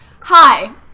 Hi